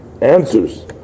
answers